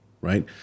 right